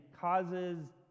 causes